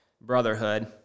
Brotherhood